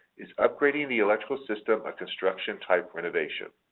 is upgrading the electrical system a construction type renovation?